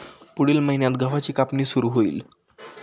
पुढील महिन्यात गव्हाची कापणी सुरू होईल